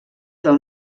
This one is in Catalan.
del